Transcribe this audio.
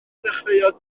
ddechreuodd